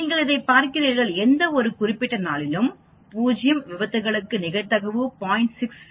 நீங்கள் இதைப் பார்க்கிறீர்கள் எந்தவொரு குறிப்பிட்ட நாளிலும் 0 விபத்துக்களுக்கு நிகழ்தகவு 0